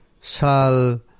sal